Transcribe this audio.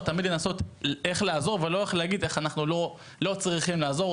תמיד לנסות איך לעזור ולא להגיד איך אנחנו לא צריכים לעזור,